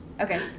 Okay